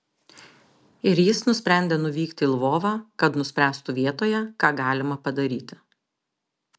ir jis nusprendė nuvykti į lvovą kad nuspręstų vietoje ką galima padaryti